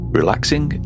Relaxing